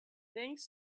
thanks